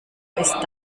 ist